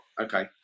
okay